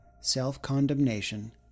self-condemnation